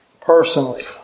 personally